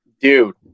Dude